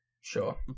Sure